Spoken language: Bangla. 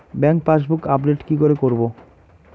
ব্যাংক পাসবুক আপডেট কি করে করবো?